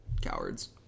Cowards